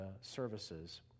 services